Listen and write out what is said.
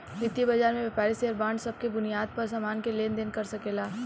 वितीय बाजार में व्यापारी शेयर बांड सब के बुनियाद पर सामान के लेन देन कर सकेला